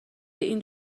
این